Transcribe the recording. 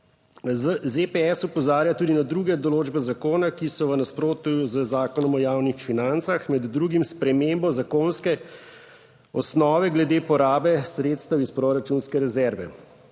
ZPS opozarja tudi na druge določbe zakona, ki so v nasprotju z Zakonom o javnih financah, med drugim spremembo zakonske osnove glede porabe sredstev iz proračunske rezerve.